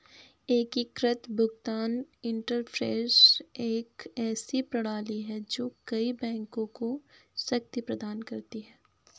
एकीकृत भुगतान इंटरफ़ेस एक ऐसी प्रणाली है जो कई बैंकों को शक्ति प्रदान करती है